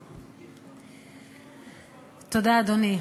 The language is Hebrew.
תודה, אדוני.